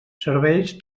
serveis